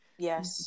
Yes